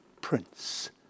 prince